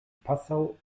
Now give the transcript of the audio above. passau